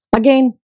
again